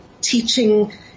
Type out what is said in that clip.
teaching